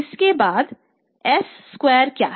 इसके बाद s square क्या है